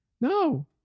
No